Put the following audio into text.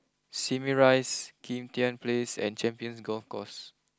Simei Rise Kim Tian place and Champions Golf Course